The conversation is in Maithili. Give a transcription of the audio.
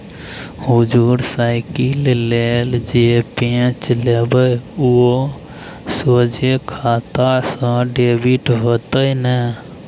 हुजुर साइकिल लेल जे पैंच लेबय ओ सोझे खाता सँ डेबिट हेतेय न